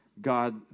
God